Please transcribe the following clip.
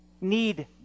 need